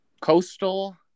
Coastal